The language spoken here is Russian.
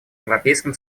европейским